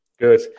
Good